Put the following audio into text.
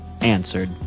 answered